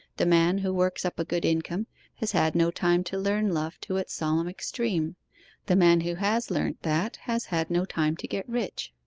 the man who works up a good income has had no time to learn love to its solemn extreme the man who has learnt that has had no time to get rich.